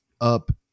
up